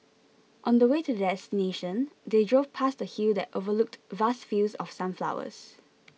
on the way to their destination they drove past a hill that overlooked vast fields of sunflowers